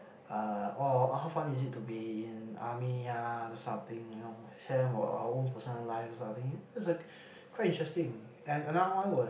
uh orh how fun is it to be in army ah in those type of thing you know share about your own personal life lah quite interesting and another one was